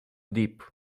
deep